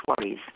worries